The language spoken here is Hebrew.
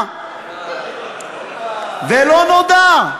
לא רואים,